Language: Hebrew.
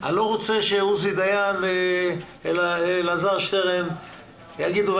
אני לא רוצה שעוזי דיין ואלעזר שטרן יגידו,